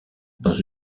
dans